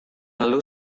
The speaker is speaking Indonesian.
lalu